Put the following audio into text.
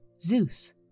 Zeus